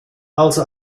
also